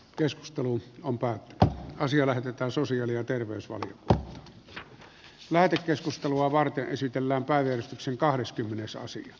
keskustelu on päätettävä asia lähetetään sosiaali ja terveysalalle lähetekeskustelua varten esitellään päivystyksen päivästä eteenpäin